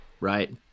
right